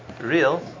real